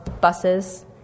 buses